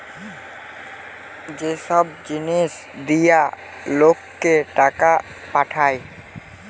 যে সব জিনিস দিয়া লোককে টাকা পাঠায়